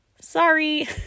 sorry